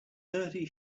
thirty